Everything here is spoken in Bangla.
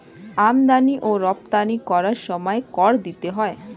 আমদানি ও রপ্তানি করার সময় কর দিতে হয়